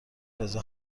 رضا